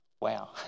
Wow